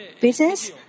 Business